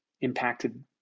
impacted